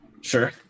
Sure